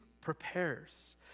prepares